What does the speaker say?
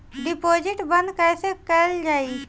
Deposit बंद कैसे कैल जाइ?